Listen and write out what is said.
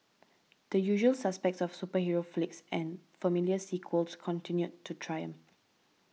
the usual suspects of superhero flicks and familiar sequels continued to triumph